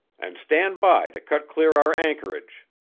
and stand by to cut clear our anchorage!